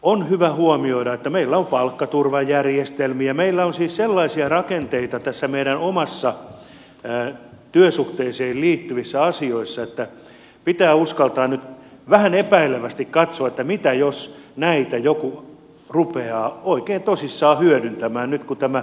on hyvä huomioida että meillä on palkkaturvajärjestelmiä ja meillä on siis sellaisia rakenteita työsuhteeseen liittyvissä asioissa että pitää uskaltaa nyt vähän epäilevästi katsoa että mitä jos näitä joku rupeaa oikein tosissaan hyödyntämään nyt kun tämä mahdollista on